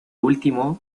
último